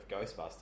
Ghostbusters